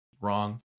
wrong